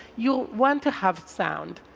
you want to have sound,